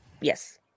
Yes